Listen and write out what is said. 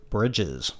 Bridges